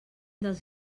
dels